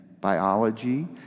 Biology